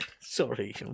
sorry